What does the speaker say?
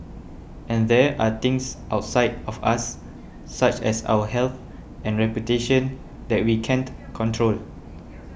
and there are things outside of us such as our health and reputation that we can't control